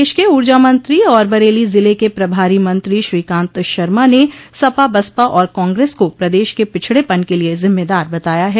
प्रदेश के ऊर्जा मंत्री और बरेली जिले के प्रभारी मंत्री श्रीकांत शर्मा ने सपा बसपा और कांग्रेस को प्रदेश के पिछड़ेपन के लिये जिम्मेदार बताया है